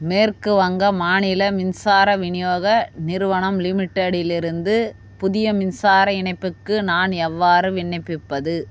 மேற்கு வங்க மாநில மின்சார விநியோக நிறுவனம் லிமிட்டெடிலிருந்து புதிய மின்சார இணைப்புக்கு நான் எவ்வாறு விண்ணப்பிப்பது